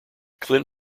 clint